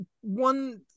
one